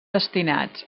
destinats